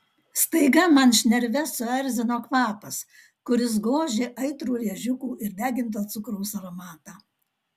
staiga man šnerves suerzino kvapas kuris gožė aitrų rėžiukų ir deginto cukraus aromatą